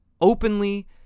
openly